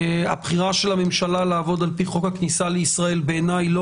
הבחירה של הממשלה לעבוד על פי חוק הכניסה לישראל בעיניי לא